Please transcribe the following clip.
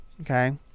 okay